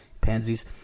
pansies